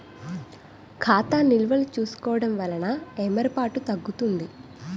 ఖాతా నిల్వలు చూసుకోవడం వలన ఏమరపాటు తగ్గుతుంది